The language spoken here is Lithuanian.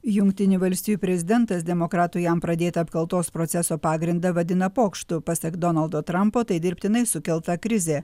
jungtinių valstijų prezidentas demokratų jam pradėtą apkaltos proceso pagrindą vadina pokštu pasak donaldo trampo tai dirbtinai sukelta krizė